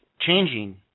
changing